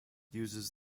uses